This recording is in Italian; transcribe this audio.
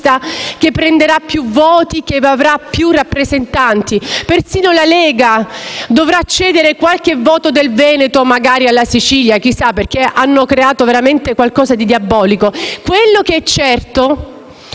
che prenderà più voti e che avrà più rappresentanti. Persino la Lega dovrà cedere qualche voto del Veneto magari alla Sicilia, perché è stato creato qualcosa di veramente diabolico. Quello che è certo